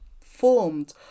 formed